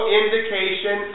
indication